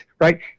right